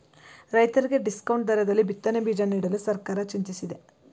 ರೈತರಿಗೆ ಡಿಸ್ಕೌಂಟ್ ದರದಲ್ಲಿ ಬಿತ್ತನೆ ಬೀಜ ನೀಡಲು ಸರ್ಕಾರ ಚಿಂತಿಸಿದೆ